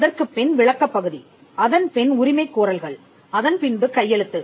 அதற்குப்பின் விளக்கப் பகுதி அதன்பின் உரிமை கோரல்கள் அதன்பின்பு கையெழுத்து